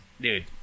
dude